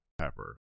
pepper